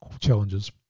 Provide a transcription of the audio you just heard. challenges